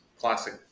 Classic